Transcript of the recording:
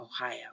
Ohio